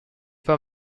pas